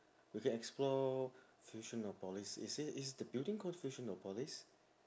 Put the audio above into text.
we can explore fusionopolis is it is the building called fusionopolis